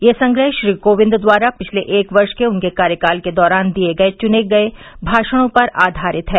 यह संग्रह श्री कोविंद द्वारा पिछले एक वर्ष के उनके कार्यकाल के दौरान दिये गये चुने भाषणों पर आघारित है